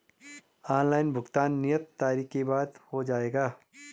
Online भुगतान नियत तारीख के बाद हो जाएगा?